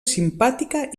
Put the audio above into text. simpàtica